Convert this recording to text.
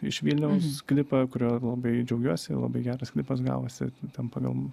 iš vilniaus klipą kuriuo labai džiaugiuosi labai geras klipas gavosi ten pagal